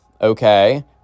okay